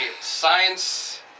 science